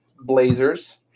blazers